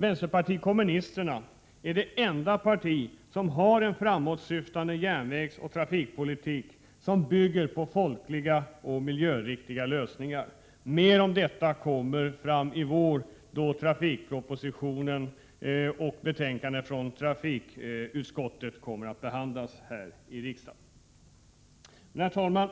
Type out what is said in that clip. Vänsterpartiet kommunisterna är det enda parti som har en framåtsyftande järnvägsoch trafikpolitik, som bygger på folkliga och miljöriktiga lösningar. Vi skall tala mer om detta längre fram i vår, då trafikpropositionen och betänkandet från trafikutskottet kommer att behandlas här i riksdagen. Herr talman!